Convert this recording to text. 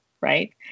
right